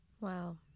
Wow